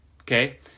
okay